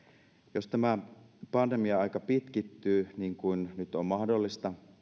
jos tämä pandemia aika pitkittyy niin kuin nyt on mahdollista